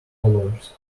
followers